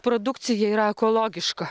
produkcija yra ekologiška